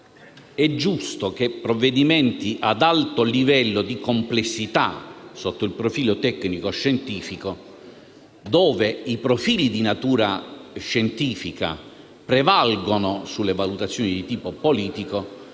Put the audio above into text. giusto che provvedimenti ad alto livello di complessità sotto il profilo tecnico e scientifico, dove i profili di natura scientifica prevalgono sulle valutazioni di tipo politico,